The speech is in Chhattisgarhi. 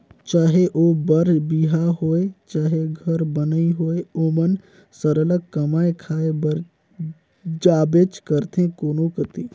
चहे ओ बर बिहा होए चहे घर बनई होए ओमन सरलग कमाए खाए बर जाबेच करथे कोनो कती